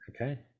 Okay